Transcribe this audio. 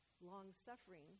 long-suffering